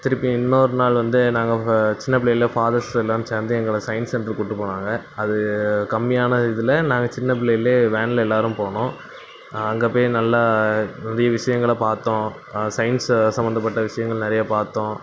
திருப்பி இன்னொரு நாள் வந்து நாங்கள் சின்ன பிள்ளையில் ஃபாதர்ஸ் எல்லாம் சேர்ந்து எங்களை சயின்ஸ் சென்டர் கூப்பிட்டு போனாங்க அது கம்மியான இதில் நாங்கள் சின்ன புள்ளையில் வேனில் எல்லோரும் போனோம் அங்கே போய் நல்லா நிறைய விஷயங்கள பார்த்தோம் சையின்ஸு சம்மந்தப்பட்ட விஷயங்கள் நிறைய பார்த்தோம்